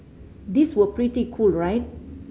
these were pretty cool right